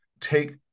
take